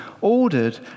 ordered